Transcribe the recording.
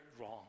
wrong